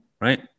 Right